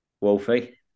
Wolfie